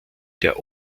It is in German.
der